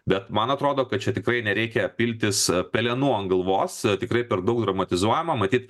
bet man atrodo kad čia tikrai nereikia piltis pelenų ant galvos tikrai per daug dramatizuojama matyt